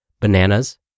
bananas